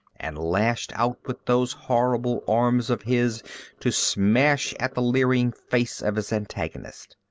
and lashed out with those horrible arms of his to smash at the leering face of his antagonist.